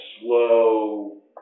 slow